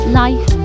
life